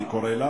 אני קורא לה,